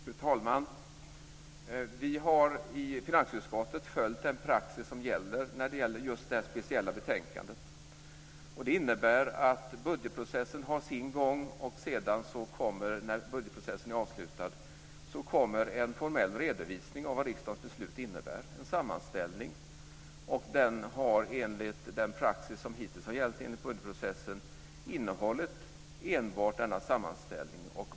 Fru talman! Vi har i finansutskottet följt den praxis som gäller för det här speciella betänkandet. Det innebär att budgetprocessen har sin gång. När den är avslutad kommer en formell redovisning av vad riksdagens beslut innebär - en sammanställning. Enligt den praxis som hittills har gällt enligt budgetprocessen är detta just enbart en sammanställning.